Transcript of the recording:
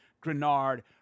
Grenard